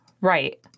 right